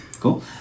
Cool